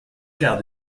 quart